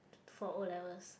for O-levels